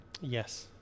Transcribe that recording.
Yes